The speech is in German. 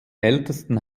ältesten